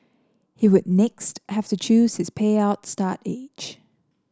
he would next have to choose his payout start age